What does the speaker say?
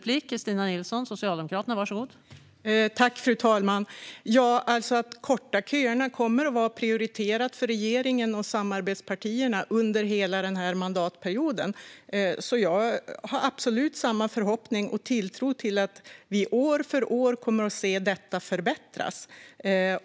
Fru talman! Att korta köerna kommer att vara prioriterat för regeringen och samarbetspartierna under hela denna mandatperiod, så jag har absolut samma förhoppning och tilltro till att vi år för år kommer att se detta förbättras.